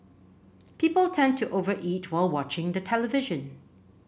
people tend to over eat while watching the television